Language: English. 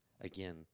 again